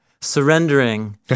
surrendering